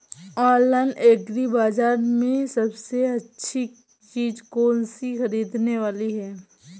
Online agri बाजार में सबसे अच्छी चीज कौन सी ख़रीदने वाली है?